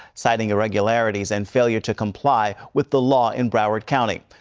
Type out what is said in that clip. citing irregularities and failure to comply with the law in broward county.